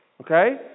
Okay